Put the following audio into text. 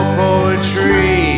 poetry